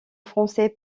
français